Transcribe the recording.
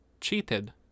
cheated